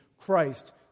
Christ